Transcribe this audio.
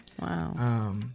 Wow